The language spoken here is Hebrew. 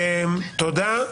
תודה.